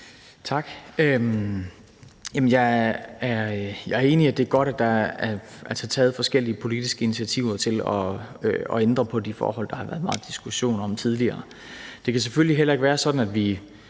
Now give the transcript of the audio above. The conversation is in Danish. Tak. Jeg er enig i, at det er godt, at der er taget forskellige politiske initiativer til at ændre på de forhold, der har været meget diskussion om tidligere. Det kan selvfølgelig heller ikke være sådan, at vi